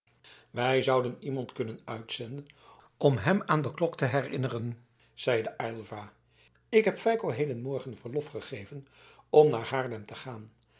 wij zouden iemand kunnen uitzenden om hem aan de klok te herinneren zeide aylva ik heb feiko hedenmorgen verlof gegeven om naar haarlem te gaan